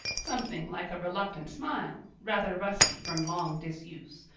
something like a reluctant smile, rather rusty from long disuse,